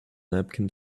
napkin